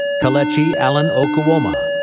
kelechi allen ukwuoma,